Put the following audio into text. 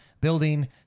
building